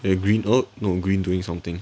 eh green oh no green doing something